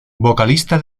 vocalista